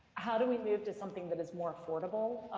how do we move to something that is more affordable,